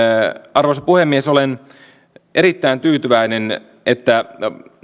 arvoisa puhemies olen erittäin tyytyväinen että